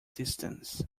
distance